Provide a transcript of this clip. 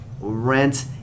rent